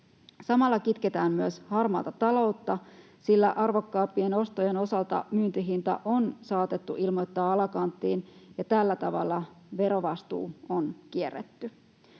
Samalla kitketään myös harmaata taloutta, sillä arvokkaampien ostojen osalta myyntihinta on saatettu ilmoittaa alakanttiin ja tällä tavalla verovastuu on kierretty.